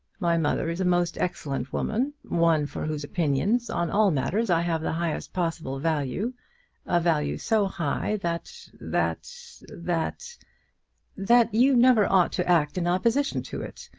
my mother is a most excellent woman, one for whose opinions on all matters i have the highest possible value a value so high, that that that that you never ought to act in opposition to it.